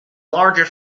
larger